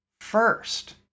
first